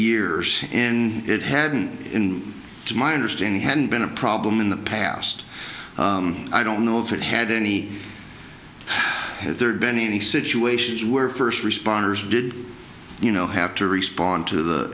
years and it hadn't been to my understanding hadn't been a problem in the past i don't know if it had any there'd been any situations where first responders did you know have to respond to the